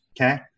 okay